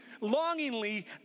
longingly